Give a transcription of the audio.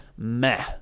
Meh